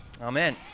Amen